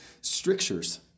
strictures